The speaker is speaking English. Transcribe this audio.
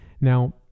Now